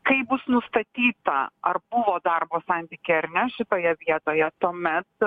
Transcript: kai bus nustatyta ar buvo darbo santykyje ar ne šitoje vietoje tuomet